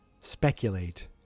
Speculate